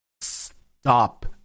Stop